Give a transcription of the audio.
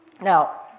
Now